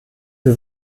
sie